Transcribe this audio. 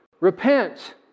Repent